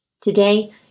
Today